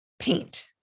Paint